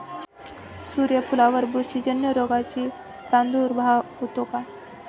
सूर्यफुलावर बुरशीजन्य रोगाचा प्रादुर्भाव होतो का?